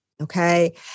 Okay